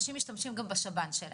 אנשים משתמשים גם בשב"ן שלהם.